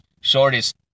shortest